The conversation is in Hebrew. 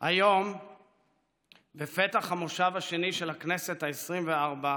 היום בפתח המושב השני של הכנסת העשרים-וארבע,